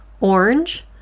Orange